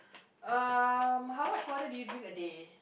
uh how much water did you drink a day